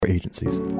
Agencies